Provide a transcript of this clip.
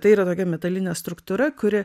tai yra tokia metalinė struktūra kuri